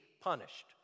punished